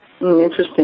Interesting